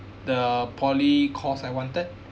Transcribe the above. the poly course I wanted